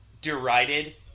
derided